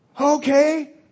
Okay